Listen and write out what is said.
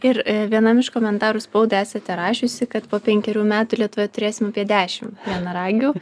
ir vienam iš komentarų spaudai esate rašiusi kad po penkerių metų lietuvoje turėsim apie dešim vienaragių